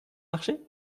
marché